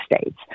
States